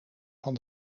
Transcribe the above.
van